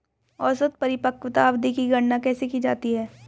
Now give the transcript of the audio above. औसत परिपक्वता अवधि की गणना कैसे की जाती है?